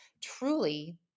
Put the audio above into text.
truly